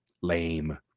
lame